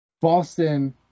Boston